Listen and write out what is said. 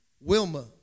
Wilma